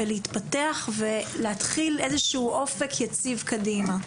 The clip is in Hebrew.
להתפתח ולהתחיל איזשהו אופק יציב קדימה.